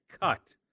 cut